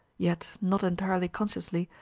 yet, not entirely consciously,